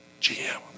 GM